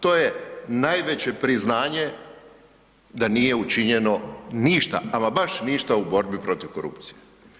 To je najveće priznanje da nije učinjeno ništa, ama baš ništa u borbi protiv korupcije.